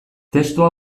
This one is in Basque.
testua